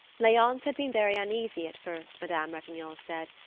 leonce had been very uneasy at first, madame ratignolle said,